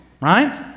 right